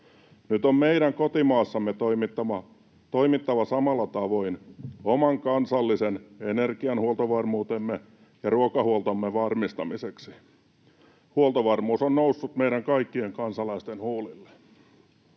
Nyt on meidän kotimaassamme toimittava samalla tavoin oman kansallisen energiahuoltovarmuutemme ja ruokahuoltomme varmistamiseksi. Huoltovarmuus on noussut meidän kaikkien kansalaisten huulille.